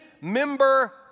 member